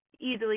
easily